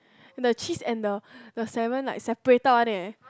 and the cheese and the the salmon like separated one leh